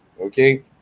Okay